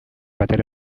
batere